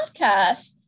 podcast